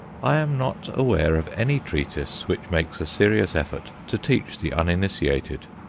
i am not aware of any treatise which makes a serious effort to teach the uninitiated.